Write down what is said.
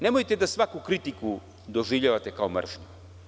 Nemojte da svaku kritiku doživljavate kao mržnju.